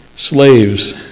slaves